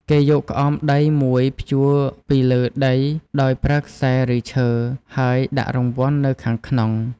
គេយកក្អមដីមួយព្យួរពីលើដីដោយប្រើខ្សែ ឬឈើ ហើយដាក់រង្វាន់នៅខាងក្នុង។